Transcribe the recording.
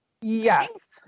Yes